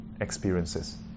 experiences